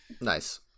Nice